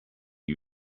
are